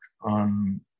on